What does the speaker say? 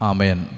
Amen